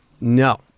No